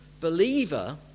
believer